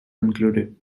included